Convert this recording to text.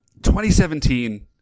2017